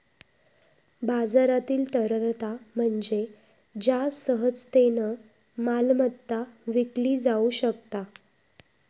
बाजारातील तरलता म्हणजे ज्या सहजतेन मालमत्ता विकली जाउ शकता